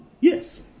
Yes